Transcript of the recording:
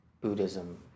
Buddhism